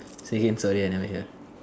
say again sorry I never hear